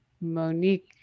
Monique